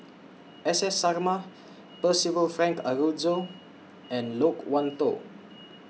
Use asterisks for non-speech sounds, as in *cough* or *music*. *noise* Sarma Percival Frank Aroozoo and Loke Wan Tho